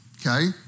okay